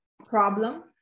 problem